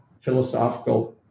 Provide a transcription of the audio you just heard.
philosophical